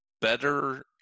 better